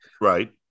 right